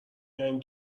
یعنی